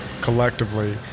collectively